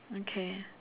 okay